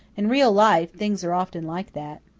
in real life things are often like that.